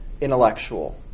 intellectual